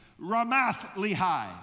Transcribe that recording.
Ramath-Lehi